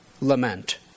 lament